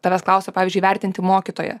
tavęs klausia pavyzdžiui vertinti mokytoją